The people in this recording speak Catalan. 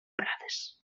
prades